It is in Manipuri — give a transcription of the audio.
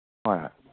ꯍꯣꯏ